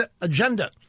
agenda